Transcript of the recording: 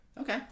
okay